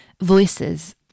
voices